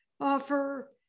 offer